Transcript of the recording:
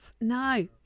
No